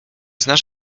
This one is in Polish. znasz